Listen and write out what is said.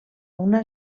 una